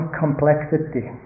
complexity